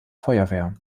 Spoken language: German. feuerwehr